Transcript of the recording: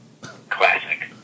Classic